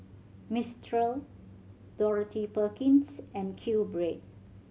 Mistral Dorothy Perkins and QBread